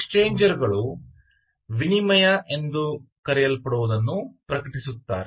ಎಕ್ಷ changer ಗಳು ವಿನಿಮಯ ಎಂದು ಕರೆಯಲ್ಪಡುವದನ್ನು ಪ್ರಕಟಿಸುತ್ತಾರೆ